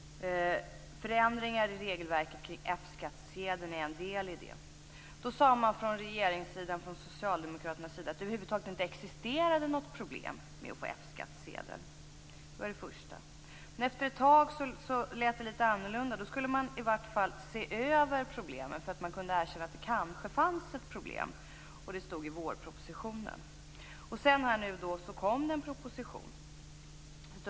Förändringar i regelverket kring F skattsedeln är en del i det. Då sade man från regeringssidan att det över huvud taget inte existerade något problem med att få F-skattsedel. Efter ett tag lät det litet annorlunda. Då skulle man i varje fall se över problemen. Man erkände att det kanske fanns ett problem. Det stod i vårpropositionen. Sedan kom det en proposition.